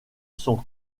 sont